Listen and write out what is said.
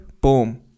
boom